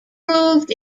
proved